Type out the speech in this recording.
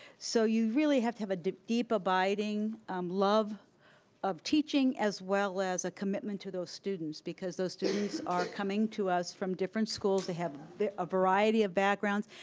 so you really have to have a deep deep abiding love of teaching, as well as a commitment to those students, because those students are coming to us from different schools, they have a variety of backgrounds,